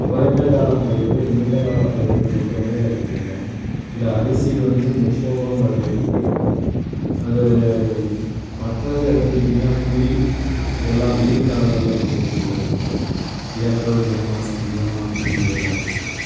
குறைந்த கால பயிர் நீண்ட கால பயிருன்னு ரெண்டு வகை இருக்குங்க இதில் அரிசி வந்து முப்போகம் விளையக்கூடியது அது மற்றது எடுத்துக்கிட்டிங்கன்னா புளி இதெல்லாம் வெயில் காலங்களில் கிடைக்கக்கூடியதுங்க ஏப்ரல் மே மாதத்துலலாம் புளி இதெல்லாம் கிடைக்குங்க